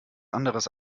anderes